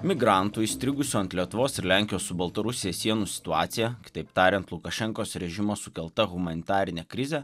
migrantų įstrigusių ant lietuvos ir lenkijos su baltarusija sienų situacija kitaip tariant lukašenkos režimo sukelta humanitarinė krizė